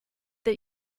that